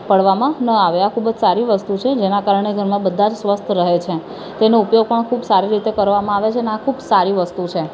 પડવામાં ન આવે આ ખૂબ જ સારી વસ્તુ છે જેનાં કારણે ઘરમાં બધા જ સ્વસ્થ રહે છે તેનો ઉપયોગ પણ ખૂબ સારી રીતે કરવામાં આવે છે અને આ ખૂબ સારી વસ્તુ છે